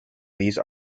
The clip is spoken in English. these